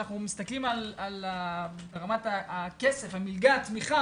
אנחנו מסתכלים על גובה מלגת התמיכה